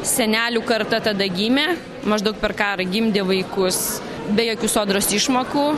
senelių karta tada gimė maždaug per karą gimdė vaikus be jokių sodros išmokų